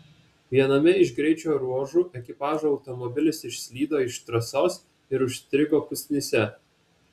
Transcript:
viename iš greičio ruožų ekipažo automobilis išslydo iš trasos ir užstrigo pusnyse